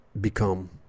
become